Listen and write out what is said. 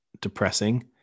depressing